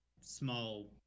small